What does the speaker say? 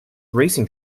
racing